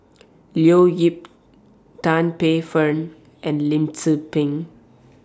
Leo Yip Tan Paey Fern and Lim Tze Peng